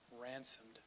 Ransomed